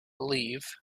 leave